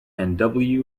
and